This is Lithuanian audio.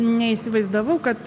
neįsivaizdavau kad